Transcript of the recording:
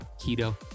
Keto